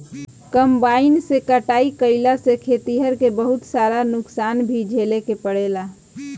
combine से कटाई कईला से खेतिहर के बहुत सारा नुकसान भी झेले के पड़ेला